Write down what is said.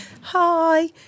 hi